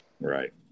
Right